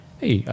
hey